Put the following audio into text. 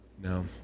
No